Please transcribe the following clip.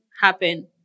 happen